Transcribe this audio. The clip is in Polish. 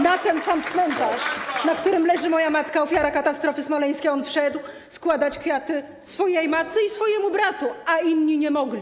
Na ten sam cmentarz, na którym leży moja matka, ofiara katastrofy smoleńskiej, on wszedł składać kwiaty swojej matce i swojemu bratu, a inni nie mogli.